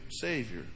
Savior